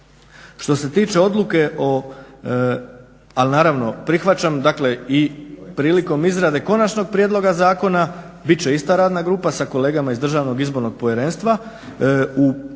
Što se tiče odluke ali naravno prihvaćam dakle i prilikom izrade konačnog prijedloga zakona bit će ista radna grupa sa kolegama iz DIP-a u materijalima